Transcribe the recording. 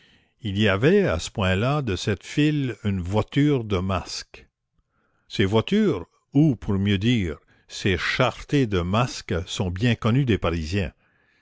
il y avait à ce point-là de cette file une voiture de masques ces voitures ou pour mieux dire ces charretées de masques sont bien connues des parisiens